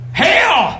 hell